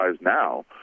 now